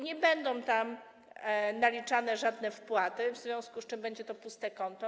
Nie będą tam naliczane żadne wpłaty, w związku z czym będzie to puste konto.